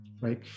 Right